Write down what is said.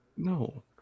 No